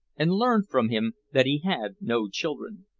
and learned from him that he had no children.